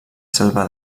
selva